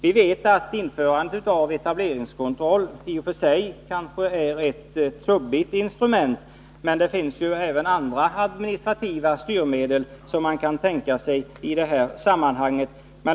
Vi vet att införandet av etableringskontroll i och för sig kanske är ett trubbigt instrument, men det finns också andra administrativa styrmedel som är tänkbara i detta sammanhang.